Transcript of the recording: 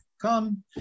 come